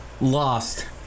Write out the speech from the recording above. lost